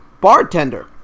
bartender